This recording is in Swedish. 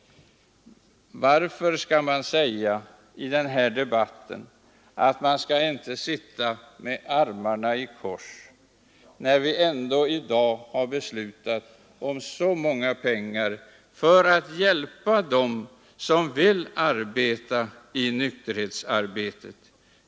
Varför sägs det i debatten att man inte skall sitta med armarna i kors, när vi ändå i dag har beslutat om så mycket pengar för att hjälpa dem som vill vara med i nykterhetsarbetet?